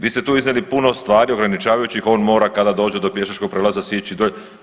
Vi ste tu iznijeli puno stvari ograničavajućih, on mora kada dođe do pješačkog prijelaza sići dolje.